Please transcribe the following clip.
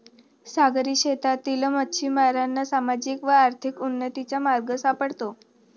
सागरी शेतीतील मच्छिमारांना सामाजिक व आर्थिक उन्नतीचा मार्ग सापडतो